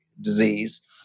disease